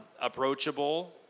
approachable